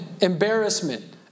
embarrassment